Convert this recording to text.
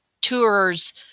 tours